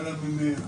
למעלה מ-100.